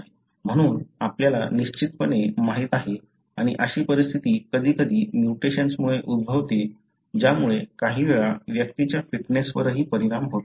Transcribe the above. म्हणून आपल्याला निश्चितपणे माहित आहे आणि अशी परिस्थिती कधीकधी म्युटेशन्समुळे उद्भवते ज्यामुळे काही वेळा व्यक्तीच्या फिटनेसवरही परिणाम होतो